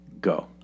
Go